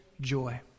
joy